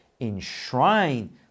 Enshrine